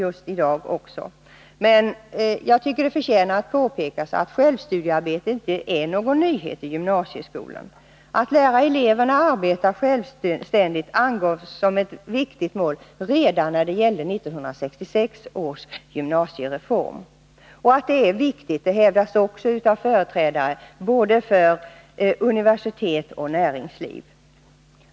Men jag tycker att det förtjänar att påpekas att självstudiearbetet inte är någon nyhet i gymnasieskolan. Att lära eleverna arbeta självständigt angavs som ett viktigt mål redan i samband med 1966 års gymnasiereform. Att det är viktigt hävdas också av företrädare för både universitet och näringsliv.